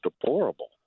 deplorable